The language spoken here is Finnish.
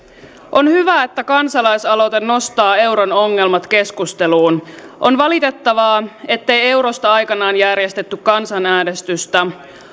on hyvä että kansalaisaloite nostaa euron ongelmat keskusteluun on valitettavaa ettei eurosta aikanaan järjestetty kansanäänestystä